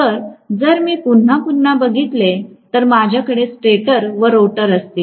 तर जर मी पुन्हा पुन्हा बघितले तर माझ्याकडे स्टेटर व रोटर असतील